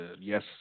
Yes